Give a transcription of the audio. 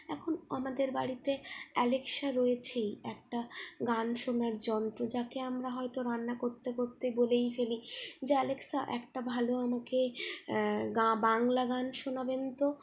এখন আমাদের বাড়িতে অ্যালেক্সা রয়েছেই একটা গান শোনার যন্ত্র যাকে আমরা হয়তো রান্না করতে করতে বলেই ফেলি যে অ্যালেক্সা একটা ভালো আমাকে বাংলা গান শোনাবেন তো